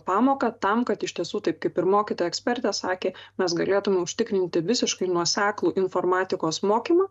pamoką tam kad iš tiesų taip kaip ir mokytoja ekspertė sakė mes galėtume užtikrinti visiškai nuoseklų informatikos mokymą